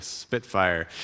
spitfire